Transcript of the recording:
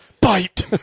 Bite